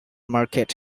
market